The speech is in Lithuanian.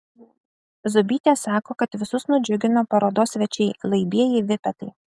zūbytė sako kad visus nudžiugino parodos svečiai laibieji vipetai